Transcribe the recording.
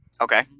Okay